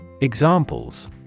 Examples